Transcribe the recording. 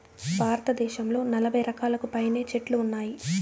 భారతదేశంలో నలబై రకాలకు పైనే చెట్లు ఉన్నాయి